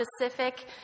specific